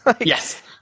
Yes